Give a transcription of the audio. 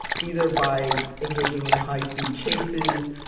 either by engaging in high speed chases,